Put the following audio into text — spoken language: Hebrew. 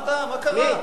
מה קרה?